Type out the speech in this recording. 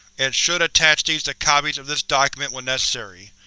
and should attach these to copies of this document when necessary.